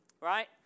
right